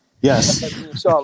Yes